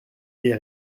est